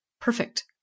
perfect